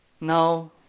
Now